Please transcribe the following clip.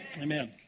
Amen